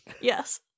Yes